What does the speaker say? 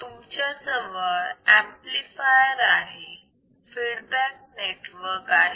तुमच्याजवळ ऍम्प्लिफायर आहे feedback network आहे